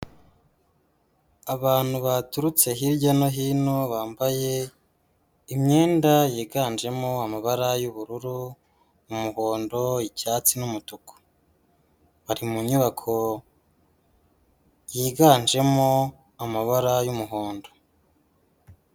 Abantu baturutse hirya no hino bambaye imyenda yiganjemo amabara y'ubururu, umuhondo, icyatsi n'umutuku, bari mu nyubako yiganjemo amabara y'umuhondo.